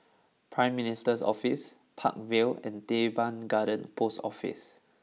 Prime Minister's Office Park Vale and Teban Garden Post Office